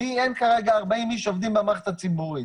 לי אין כרגע 40 אנשים שעובדים במערכת הציבורית.